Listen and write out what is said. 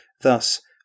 Thus